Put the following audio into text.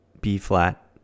B-flat